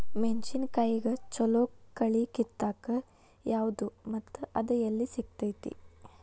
ಮೆಣಸಿನಕಾಯಿಗ ಛಲೋ ಕಳಿ ಕಿತ್ತಾಕ್ ಯಾವ್ದು ಮತ್ತ ಅದ ಎಲ್ಲಿ ಸಿಗ್ತೆತಿ?